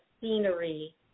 scenery